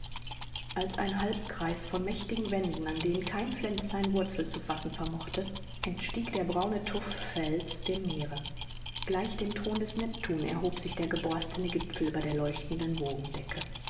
als ein halbkreis von mächtigen wänden an denen kein pflänzlein wurzel zu fassen vermochte entstieg der braune tufffels dem meere gleich dem thron des neptun erhob sich der geborstene gipfel über der leuchtenden